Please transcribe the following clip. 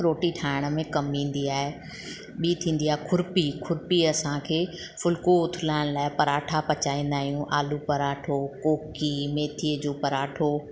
रोटी ठाहिण में कमु ईंदी आहे ॿी थींदी आहे खुरपी खुरपी असांखे फुल्को उथलाइण लाइ पराठा पचाईंदा आहियूं आलू पराठो कोकी मेथीअ जो पराठो